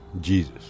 Jesus